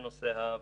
נושא הבינוי.